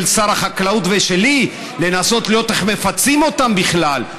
שר החקלאות ושלי לנסות לראות איך מפצים אותם בכלל.